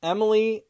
Emily